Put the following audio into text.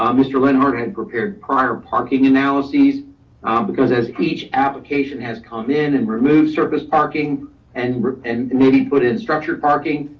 um mr. lenhart had prepared prior parking analyses because as each application has come in and remove surface parking and and maybe put in structured parking,